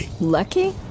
Lucky